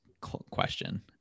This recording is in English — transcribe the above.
question